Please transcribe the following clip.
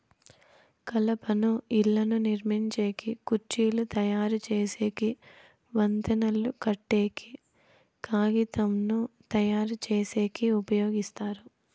కలపను ఇళ్ళను నిర్మించేకి, కుర్చీలు తయరు చేసేకి, వంతెనలు కట్టేకి, కాగితంను తయారుచేసేకి ఉపయోగిస్తారు